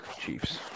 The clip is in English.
Chiefs